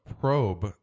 probe